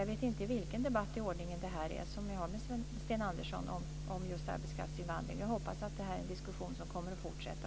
Jag vet inte vilken gång i ordningen det är som jag har en debatt med Sten Andersson om just arbetskraftsinvandring. Jag hoppas att det är en diskussion som kommer att fortsätta.